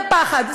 זה פחד,